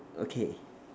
okay